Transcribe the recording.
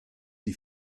die